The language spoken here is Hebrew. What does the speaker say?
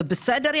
זה בסדר,